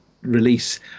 release